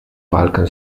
walkę